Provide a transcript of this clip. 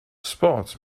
sports